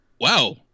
wow